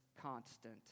constant